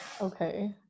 Okay